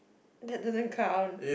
the that then car on